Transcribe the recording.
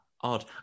odd